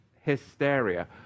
hysteria